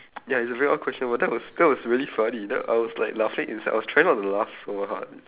ya it's a very odd question but that was that was really funny that I was like laughing inside I was trying not to laugh so hard